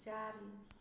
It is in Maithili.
चारि